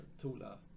Tula